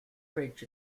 ridge